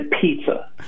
pizza